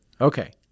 Okay